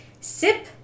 Sip